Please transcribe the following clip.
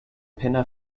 pinna